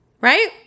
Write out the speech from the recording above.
right